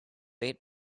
eight